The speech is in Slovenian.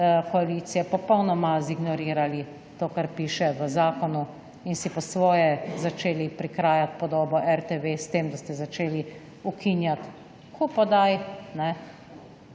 koalicije, popolnoma ignorirali to, kar piše v zakonu in si po svoje začeli prikrajati podobo RTV s tem, da ste začeli ukinjati kup oddaj, ki